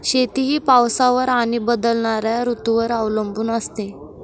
शेती ही पावसावर आणि बदलणाऱ्या ऋतूंवर अवलंबून असते